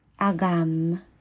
agam